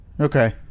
Okay